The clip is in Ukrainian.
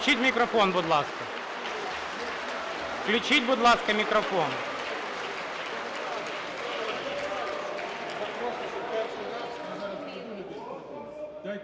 Включіть мікрофон, будь ласка. Включіть, будь ласка, мікрофон!